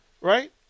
Right